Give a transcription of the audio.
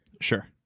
Sure